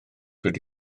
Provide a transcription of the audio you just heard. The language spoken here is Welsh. wedi